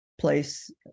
place